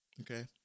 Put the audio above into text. Okay